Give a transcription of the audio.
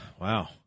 wow